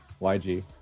YG